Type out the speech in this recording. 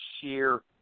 sheer